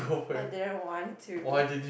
I didn't want to